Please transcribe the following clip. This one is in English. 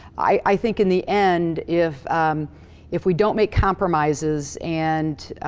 i think, in the end, if if we don't make compromises, and,